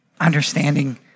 Understanding